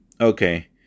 Okay